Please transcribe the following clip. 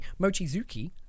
Mochizuki